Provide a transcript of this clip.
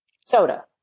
soda